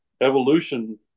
evolution